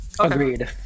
Agreed